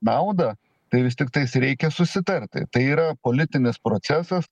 naudą tai vis tiktais reikia susitarti tai yra politinis procesas